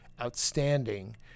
outstanding